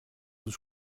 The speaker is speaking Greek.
τους